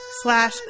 slash